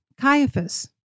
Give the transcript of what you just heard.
Caiaphas